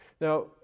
Now